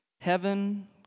heaven